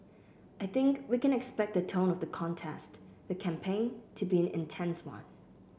I think we can expect the tone of the contest the campaign to be an intense one